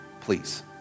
please